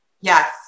Yes